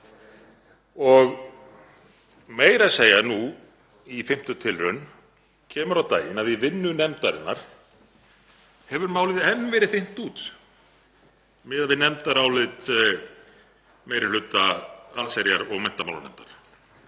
og meira að segja nú í fimmtu tilraun kemur á daginn að í vinnu nefndarinnar hefur málið enn verið þynnt út miðað við nefndarálit meiri hluta allsherjar- og menntamálanefndar.